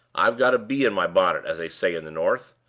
i've got a bee in my bonnet, as they say in the north.